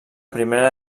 primera